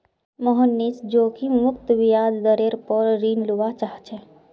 मोहनीश जोखिम मुक्त ब्याज दरेर पोर ऋण लुआ चाह्चे